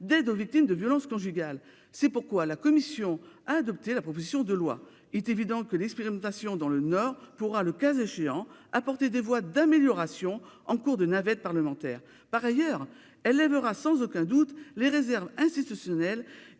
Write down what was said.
d'aide aux victimes de violences conjugales. C'est pourquoi la commission a adopté la proposition de loi. Il est évident que l'expérimentation dans le Nord pourra, le cas échéant, apporter des voies d'amélioration du texte en cours de navette parlementaire. Par ailleurs, elle lèvera sans aucun doute les réserves institutionnelles